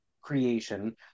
creation